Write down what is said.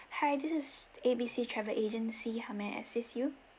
hi this is A B C travel agency how may I assist you